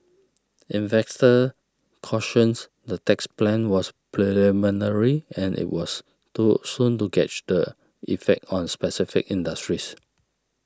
investors cautions the tax plan was preliminary and it was too soon to gauge the effect on specific industries